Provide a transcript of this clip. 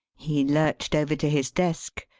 he lurched over to his desk,